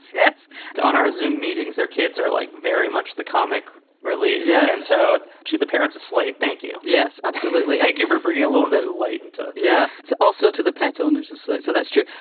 yeah it's on our resume meetings. their kids are like very much the comic relief. yeah and so should the parents of slate. thank you. yes, absolutely. thank you for bringing a little bit of light into yeah. it's also to the pet owners of slate. so that's true.